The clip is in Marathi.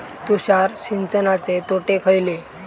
तुषार सिंचनाचे तोटे खयले?